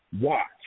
watch